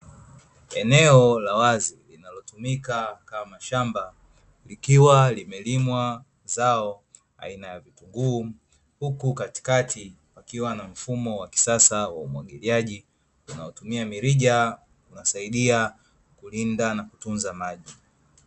Eneo la wazi linalotumika kama shamba, likiwa limelimwa zao aina aina ya vitunguu, huku katikati pakiwa na mfumo wa kisasa wa umwagiliaji, unaotumia mirija unasaidia kulinda na kutunza maji.